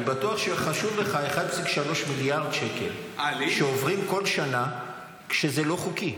אני בטוח שחשובים לך 1.3 מיליארד שקל שעוברים כל שנה כשזה לא חוקי.